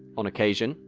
on occasion,